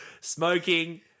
Smoking